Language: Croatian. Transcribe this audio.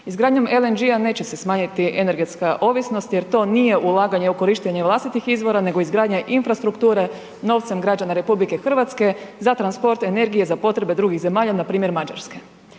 Izgradnjom LNG-a neće se smanjiti energetska ovisnost jer to nije ulaganje u korištenje vlastitih izvora nego izgradnja infrastrukture novcem građana RH za transport energije za potrebe drugih zemalja, npr. Mađarske.